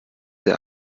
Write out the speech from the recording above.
der